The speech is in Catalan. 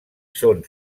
són